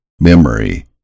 memory